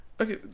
Okay